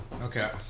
Okay